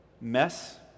mess